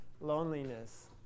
Loneliness